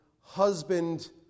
husband